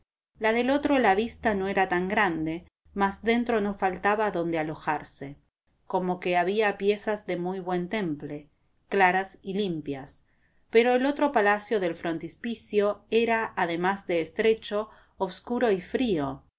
la del otro la vista no era tan grande mas dentro no faltaba donde alojarse como que había piezas de muy buen temple claras y limpias pero el otro palacio del frontispicio era además de estrecho obscuro y frío